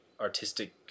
artistic